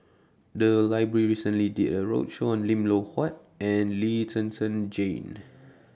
The Library recently did A roadshow on Lim Loh Huat and Lee Zhen Zhen Jane